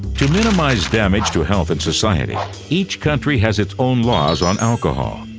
to minimise damage to health and society each country has its own laws on alcohol,